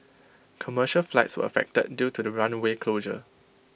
commercial flights were affected due to the runway closure